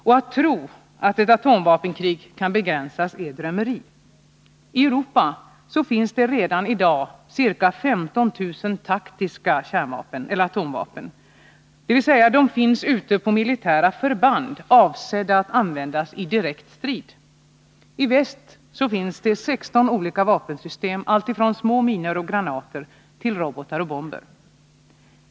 Och att tro att ett atomvapenkrig kan begränsas är drömmeri. I Europa finns det redan i dag ca 15 000 taktiska atomvapen, dvs. de finns ute på militära förband, avsedda att användas i direkt strid. I väst finns 16 olika vapensystem, alltifrån små minor och granater till robotar och bomber.